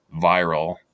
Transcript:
viral